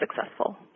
successful